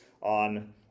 on